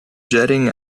jetting